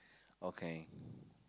okay